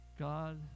God